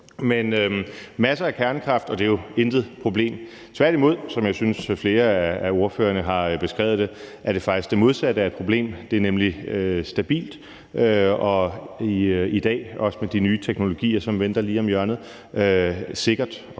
er masser af kernekraft, og det er jo intet problem. Tværtimod er det, sådan som jeg også synes at flere af ordførerne har beskrevet det, faktisk det modsatte af et problem. Det er nemlig stabilt, og det er i dag, også med de nye teknologier, som venter lige om hjørnet, sikkert,